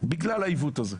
בגלל העיוות הזה.